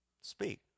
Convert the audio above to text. speak